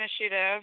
initiative